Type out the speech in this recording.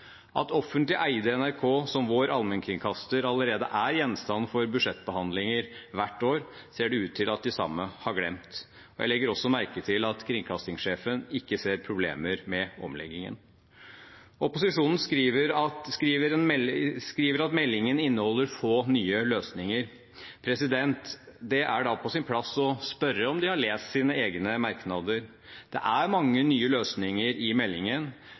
At offentlig eide NRK som vår allmennkringkaster allerede er gjenstand for budsjettbehandlinger hvert år, ser det ut til at de samme har glemt. Jeg legger også merke til at kringkastingssjefen ikke ser noen problemer med omleggingen. Opposisjonen skriver at meldingen inneholder få nye løsninger. Da er det på sin plass å spørre om de har lest sine egne merknader. Det er mange nye løsninger i meldingen,